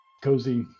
cozy